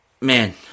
Man